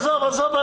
עזוב, עזוב.